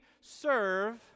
serve